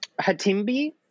Hatimbi